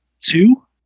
two